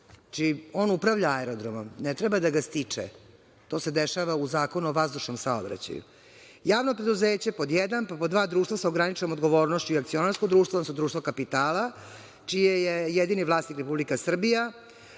on upravlja aerodromom, ne treba da ga stiče. To se dešava u Zakonu o vazdušnom saobraćaju. Javno preduzeće, pod jedan, pa pod dva, društvo sa ograničenom odgovornošću i akcionarsko društvo, odnosno društvo kapitala, čiji je jedini vlasnik Republika Srbija,